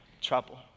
trouble